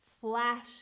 Flash